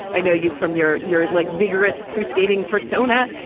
i know you from your you're like vigorous crusading persona.